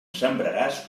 sembraràs